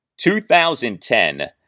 2010